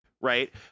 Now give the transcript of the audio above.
Right